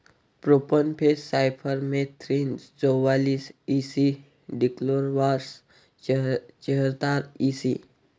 profenofos cypermethrin चौवालीस E C dichlorvos चेहतार EC